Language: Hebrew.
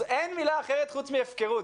אין מילה אחרת חוץ מהפקרות,